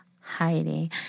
Heidi